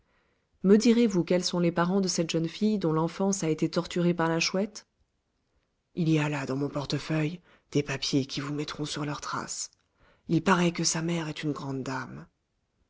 me direz-vous quels sont les parents de cette jeune fille dont l'enfance a été torturée par la chouette il y a là dans mon portefeuille des papiers qui vous mettront sur leur trace il paraît que sa mère est une grande dame